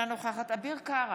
אינה נוכחת אביר קארה,